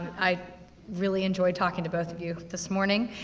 i really enjoyed talking to both of you, this morning.